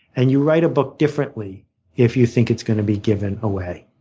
and you write a book differently if you think it's going to be given away.